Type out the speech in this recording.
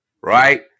right